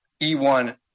E1